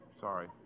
Sorry